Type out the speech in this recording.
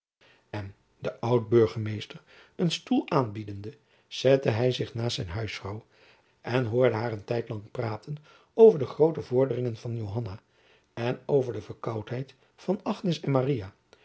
en den oud-burgemeester een stoel aanbiedende zette hy zich naast zijn huisvrouw en hoorde haar een tijd lang praten over de groote vorderingen van johanna en over de verkoudheid van agnes en maria